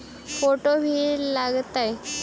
Photo भी लग तै?